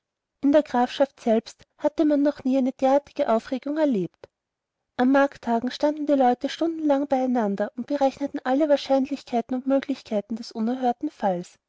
in der grafschaft selbst hatte man noch nie eine derartige aufregung erlebt an markttagen standen die leute stundenlang bei einander und berechneten alle wahrscheinlichkeiten und möglichkeiten des unerhörten falls